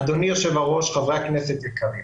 אדוני היושב-ראש, חבריי הכנסת היקרים,